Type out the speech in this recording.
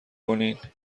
کنین